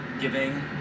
giving